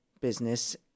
business